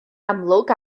amlwg